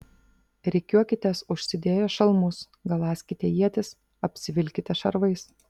rikiuokitės užsidėję šalmus galąskite ietis apsivilkite šarvais